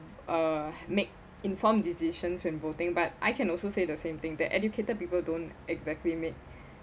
uh make informed decisions when voting but I can also say the same thing the educated people don't exactly make